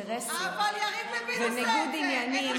אינטרסים וניגוד עניינים,